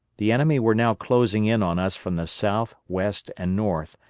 the enemy were now closing in on us from the south, west, and north,